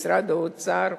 משרד האוצר,